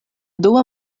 dua